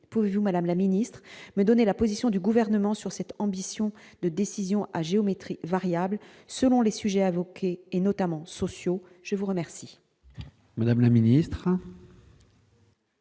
pouvez-vous, Madame la Ministre, mais donner la position du gouvernement sur cette ambition de décisions à géométrie variable selon les sujets à évoquer et notamment sociaux je vous remercie. Madame la ministre,